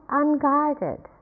unguarded